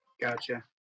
Gotcha